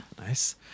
Nice